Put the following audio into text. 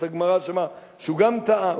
אומרת הגמרא שהוא גם טעה,